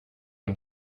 und